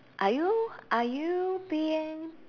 are you are you being